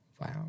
Wow